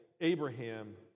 Abraham